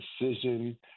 decision